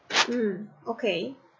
mm okay